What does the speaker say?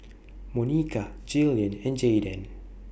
Monica Jillian and Jaydan